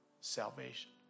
Salvation